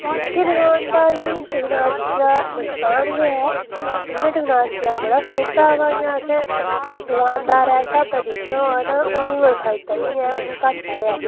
नि'क्के दकानदारें टेक्नोलॉजी दा नुकसान एह् ऐ इ'यां टेक्नोलॉजी आ बड़ा फायदा बा असें दकानदारे स्हाबै दिक्खना होऐ तां उ'नें ई कोई फायदा निं ऐ घाटा गै